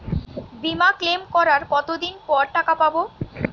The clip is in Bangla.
বিমা ক্লেম করার কতদিন পর টাকা পাব?